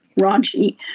raunchy